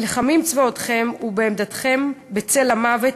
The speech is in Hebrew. נלחמים בצבאותיכם ובעומדם בצל המוות,